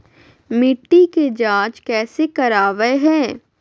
मिट्टी के जांच कैसे करावय है?